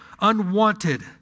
unwanted